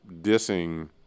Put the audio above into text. dissing